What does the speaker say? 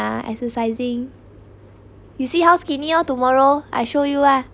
uh exercising you see how skinny oh tomorrow I show you ah